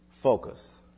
Focus